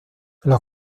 los